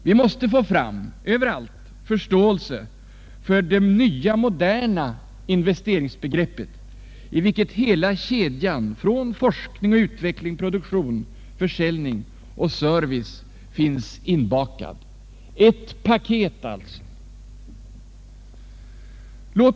Vi måste Överallt vinna förståelse för det nya moderna investeringsbegreppet i vilket hela kedjan, forskning och utveckling, produktion, försäljning och service finns inbakad, ett paket alltsä.